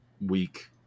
week